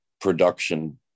production